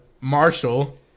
Marshall